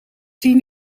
tien